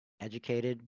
educated